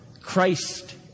Christ